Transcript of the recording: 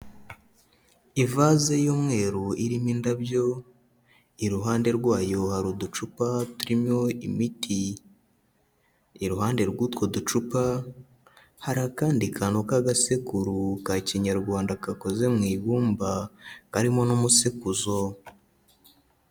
Ivase y'umweru irimo indabyo, iruhande rwayo hari uducupa turimo imiti, iruhande rw'utwo ducupa hari akandi kantu k'agasekuru ka Kinyarwanda gakoze mu ibumba karimo n'umusekuzo.